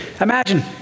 Imagine